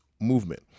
movement